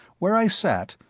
where i sat,